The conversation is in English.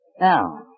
Now